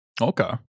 Okay